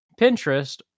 Pinterest